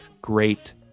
great